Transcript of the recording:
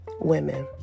women